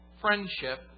friendship